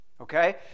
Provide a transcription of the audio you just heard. Okay